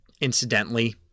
incidentally